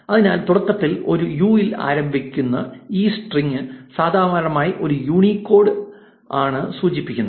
അതിനാൽ തുടക്കത്തിൽ ഒരു 'യൂ' ൽ ആരംഭിക്കുന്ന ഏത് സ്ട്രിംഗും സാധാരണയായി ഒരു യൂണിക്കോഡ് സ്ട്രിംഗ് ആണ് സൂചിപ്പിക്കുന്നത്